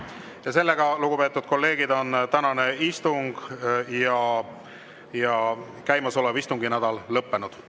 välja. Lugupeetud kolleegid, tänane istung ja käimasolev istunginädal on lõppenud.